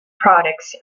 products